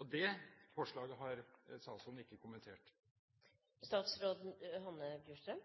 og det forslaget har statsråden ikke